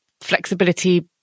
flexibility